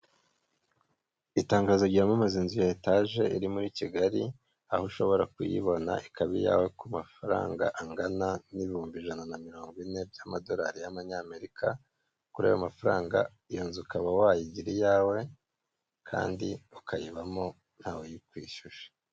Itangazo ryamamaza inzu ya etaje iri muri Kigali, aho ushobora kuyibona ikaba iyawe ku mafaranga angana n'ibihumbi ijana na mirongo ine by'amadolari y'Amanyamerika, kuri ayo mafaranga iyo nzu ukaba wayigira iyawe, kandi ukayibamo ntawe uyikwishyuje.